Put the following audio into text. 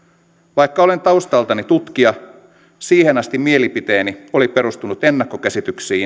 vaikka olen taustaltani tutkija siihen asti mielipiteeni oli perustunut ennakkokäsityksiin